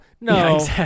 no